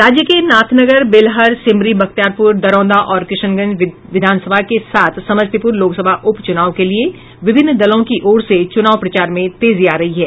राज्य के नाथनगर बेलहर सिमरी बख्तियारपुर दरौंदा और किशनगंज विधानसभा के साथ समस्तीपुर लोकसभा उपचुनाव के लिए विभिन्न दलों की ओर से चुनाव प्रचार में तेजी आ रही है